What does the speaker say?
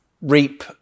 reap